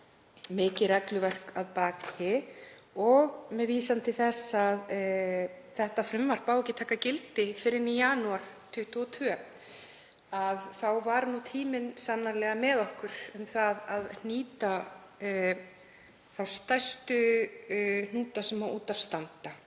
mikið regluverk að baki, og með vísan til þess að þetta frumvarp á ekki að taka gildi fyrr en í janúar 2022, þá var tíminn sannarlega með okkur um að hnýta þá stærstu hnúta sem út af standa.